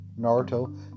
Naruto